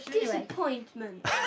disappointment